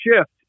shift